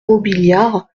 robiliard